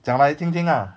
讲来听听 lah